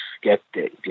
skeptic